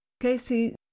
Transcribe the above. Casey